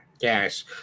Yes